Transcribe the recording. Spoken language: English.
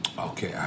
Okay